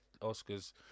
Oscars